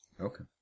Okay